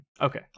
Okay